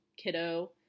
kiddo